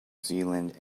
zealand